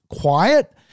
quiet